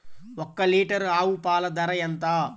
ఒక్క లీటర్ ఆవు పాల ధర ఎంత?